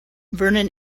vernon